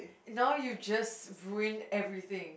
now you just win everything